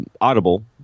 audible